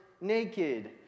naked